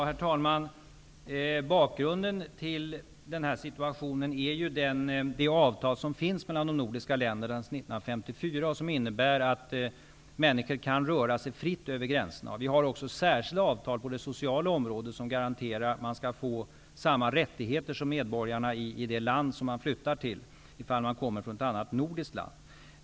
Herr talman! Bakgrunden till den här situationen är det avtal som finns mellan de nordiska länderna sedan 1954 och som innebär att människor kan röra sig fritt över gränserna. Vi har också särskilda avtal på det sociala området, som garanterar att man får samma rättigheter som medborgarna i det land man flyttar till ifall man kommer från ett annat nordiskt land.